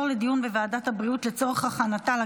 הצבעה.